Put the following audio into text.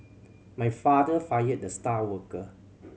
my father fired the star worker